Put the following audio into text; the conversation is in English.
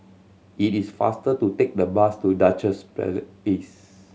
it is faster to take the bus to Duchess